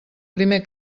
primer